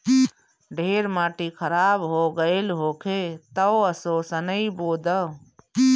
ढेर माटी खराब हो गइल होखे तअ असो सनइ बो दअ